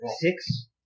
Six